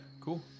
cool